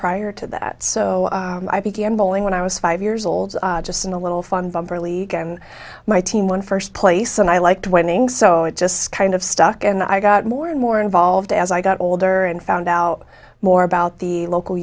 prior to that so i began bowling when i was five years old just in a little fun bumper league and my team won first place and i liked winning so it just kind of stuck and i got more and more involved as i got older and found out more about the local